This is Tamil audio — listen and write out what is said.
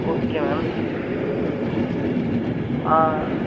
okay ma'am ah